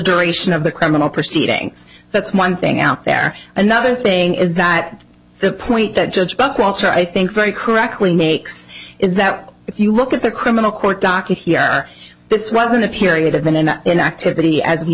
duration of the criminal proceedings that's one thing out there another thing is that the point that judge buckwalter i think very correctly makes is that if you look at the criminal court docket here this wasn't a period of an end in activity as